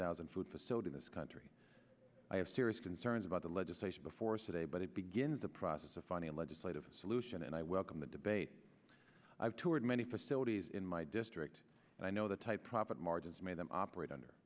thousand foods the sold in this country i have serious concerns about the legislation before city but it begins the process of finding a legislative solution and i welcome that debate i've toured many facilities in my district and i know the type profit margins made them operate under